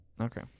Okay